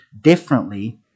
differently